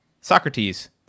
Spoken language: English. Socrates